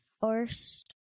first